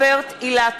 (קוראת בשמות חברי הכנסת)